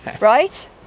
right